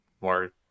more